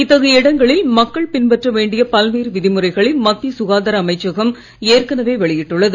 இத்தகைய இடங்களில் மக்கள் பின்பற்ற வேண்டிய பல்வேறு விதிமுறைகளை மத்திய சுகாதார அமைச்சகம் ஏற்கனவே வெளியிட்டுள்ளது